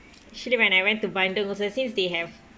actually when I went to bandung also since they have